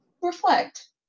Reflect